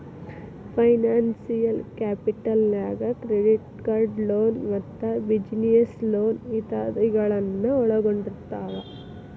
financial capital ನ್ಯಾಗ್ credit card loan ಮತ್ತ business loan ಇತಾದಿಗಳನ್ನ ಒಳ್ಗೊಂಡಿರ್ತಾವ